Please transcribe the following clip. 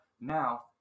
now